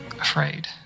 afraid